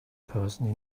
person